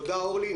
תודה, אורלי.